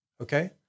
okay